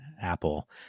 Apple